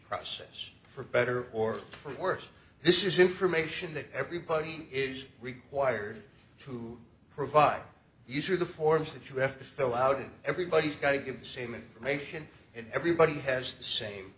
process for better or for worse this is information that everybody is required to provide these are the forms that you have to fill out everybody's got to give the same information and everybody has the same